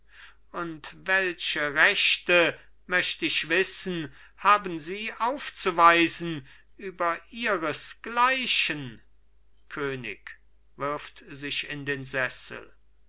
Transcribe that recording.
und welche rechte möcht ich wissen haben sie aufzuweisen über ihresgleichen könig wirft sich in den sessel